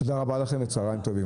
תודה רבה לכם, וצוהריים טובים.